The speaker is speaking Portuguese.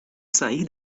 sair